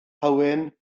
hywyn